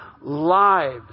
lives